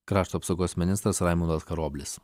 krašto apsaugos ministras raimundas karoblis